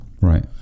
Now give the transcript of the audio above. Right